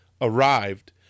arrived